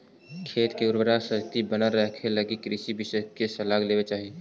खेत के उर्वराशक्ति बनल रखेलगी कृषि विशेषज्ञ के सलाह लेवे के चाही